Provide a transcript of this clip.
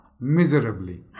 miserably